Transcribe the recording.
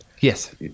Yes